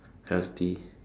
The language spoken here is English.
healthy